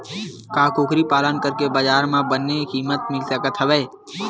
का कुकरी पालन करके बजार म बने किमत मिल सकत हवय?